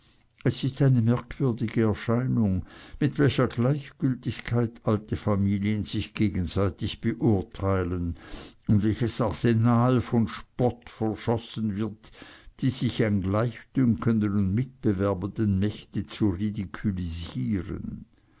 es ist eine merkwürdige erscheinung mit welcher gleichgültigkeit alte familien sich gegenseitig beurteilen und welches arsenal von spott verschossen wird die sich gleichdünkenden und mitbewerbenden mächte zu